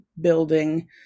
building